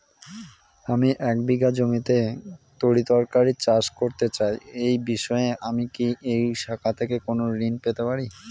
আমি এক বিঘা জমিতে তরিতরকারি চাষ করতে চাই এই বিষয়ে আমি কি এই শাখা থেকে কোন ঋণ পেতে পারি?